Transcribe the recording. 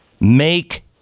make